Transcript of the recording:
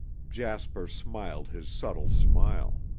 jasper smiled his subtle smile.